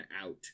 out